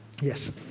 Yes